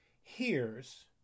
hears